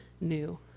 new